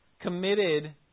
committed